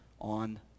on